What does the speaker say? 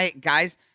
Guys